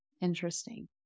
Interesting